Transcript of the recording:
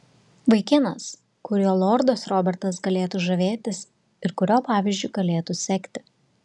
vaikinas kuriuo lordas robertas galėtų žavėtis ir kurio pavyzdžiu galėtų sekti